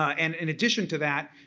ah and in addition to that,